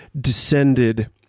descended